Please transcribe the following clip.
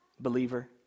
believer